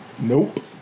Nope